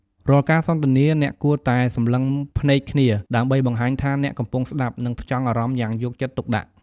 រាល់ការសន្ទនាអ្នកគួរតែសម្លឹងភ្នែកគ្នា ដើម្បីបង្ហាញថាអ្នកកំពុងស្តាប់ និងផ្ចង់អារម្មណ៌យ៉ាងយកចិត្តទុកដាក់។